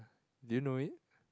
do you know it